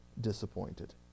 disappointed